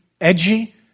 edgy